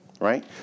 right